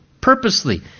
purposely